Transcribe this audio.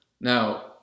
now